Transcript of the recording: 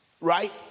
right